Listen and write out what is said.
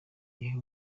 ihe